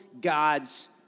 God's